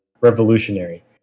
revolutionary